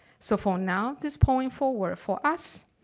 so, for now, this point forward for us,